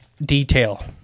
detail